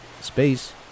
space